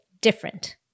different